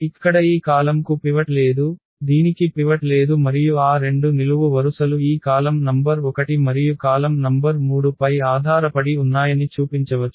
ఇక్కడ ఈ కాలమ్కు పివట్ లేదు దీనికి పివట్ లేదు మరియు ఆ రెండు నిలువు వరుసలు ఈ కాలమ్ నంబర్ 1 మరియు కాలమ్ నంబర్ 3 పై ఆధారపడి ఉన్నాయని చూపించవచ్చు